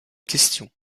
question